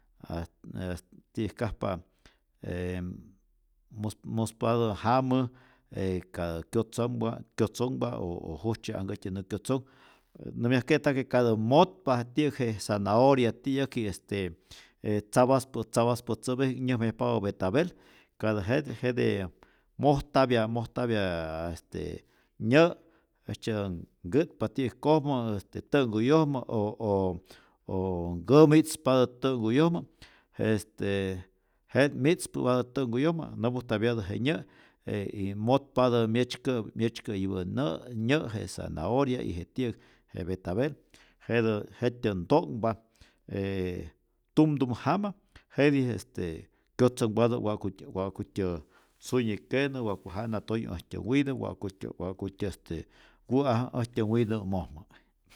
A ä ti'yäjkajpa je mus muspatä jamä e katä kyotzompa kyotzonhpa o o jujtzye'anhkätyä nä kyotoznh, nämyajke'ta que katä motpa ti'yäk je zanahoria ti'yäkji'k este e tzapaspä tzapaspä tzäpäji'k nyäjmayajpapä betabel, ka jet jete mojtapya mojtapy este nyä' jejtzyetä nkä'tpa ti'yäkojmä este tä'nhkuyojmä, o o o nkämi'tzpatä tä'nhkuyojmä je este je'n mi'tzpä'patä tä'nhkuyojmä nämpujtapyatä je nyä', e y motpatä myetzykä' myetzykä'yipä nä' nyä je zanahoria y je ti'yäk je betabel jetä jet'tyä nto'nhpa ee tumtumä jama, jetij este kyotzonhpatä wa'kutyä wa'kutyä sunyi kenä, wa'ku jana toyu äjtyä witäp, wa'kutyä wa'kutyä este wä'aju äjtyä witä'mojmä.